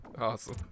Awesome